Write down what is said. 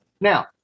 Now